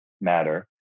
matter